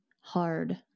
hard